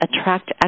attract